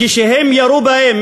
כשהם ירו בהם,